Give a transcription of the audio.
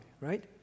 right